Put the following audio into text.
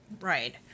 right